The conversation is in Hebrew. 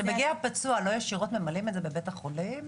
כשמגיע פצוע לא ישירות ממלאים את זה בבית החולים?